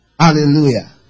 Hallelujah